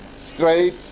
straight